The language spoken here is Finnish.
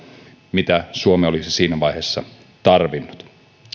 mitä suomi olisi siinä vaiheessa tarvinnut